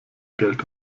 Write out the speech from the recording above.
geld